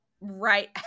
right